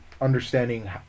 understanding